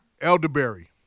elderberry